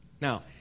Now